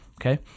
okay